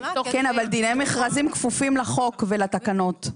כן, אבל דיני מכרזים כפופים לחוק ולתקנות.